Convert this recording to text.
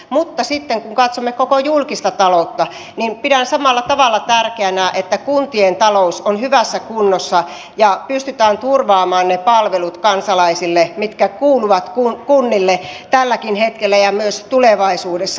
mutta sitten kun katsomme koko julkista taloutta niin pidän samalla tavalla tärkeänä että kuntien talous on hyvässä kunnossa ja pystytään turvaamaan ne palvelut kansalaisille mitkä kuuluvat kunnille tälläkin hetkellä ja myös tulevaisuudessa